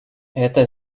это